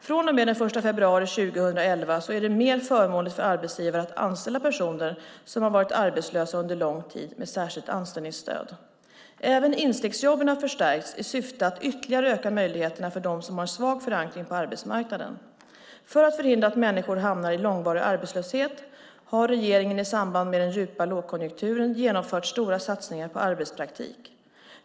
Från och med den 1 februari 2011 är det mer förmånligt för arbetsgivare att med särskilt anställningsstöd anställa personer som varit arbetslösa under lång tid. Även instegsjobben har förstärkts i syfte att ytterligare öka möjligheterna för dem som har en svag förankring på arbetsmarknaden. För att förhindra att människor hamnar i långvarig arbetslöshet har regeringen i samband med den djupa lågkonjunkturen genomfört stora satsningar på arbetspraktik.